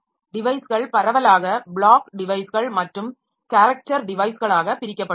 டிவைஸ்கள் பரவலாக ப்ளாக் டிவைஸ்கள் மற்றும் கேரக்டர் டிவைஸ்களாக பிரிக்கப்பட்டுள்ளன